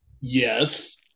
Yes